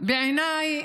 בעיניי